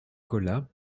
colas